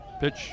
Pitch